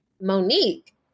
Monique